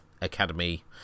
academy